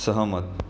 सहमत